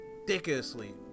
ridiculously